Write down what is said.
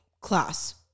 class